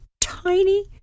tiny